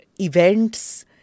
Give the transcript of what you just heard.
events